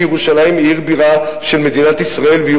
שירושלים היא עיר בירה של מדינת ישראל והיא